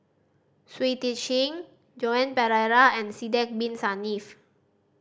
Shui Tit Sing Joan Pereira and Sidek Bin Saniff